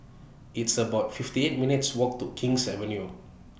It's about fifty eight minutes' Walk to King's Avenue